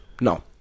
No